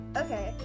Okay